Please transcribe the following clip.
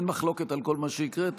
אין מחלוקת על כל מה שהקראת,